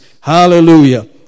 Hallelujah